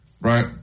right